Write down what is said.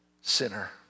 sinner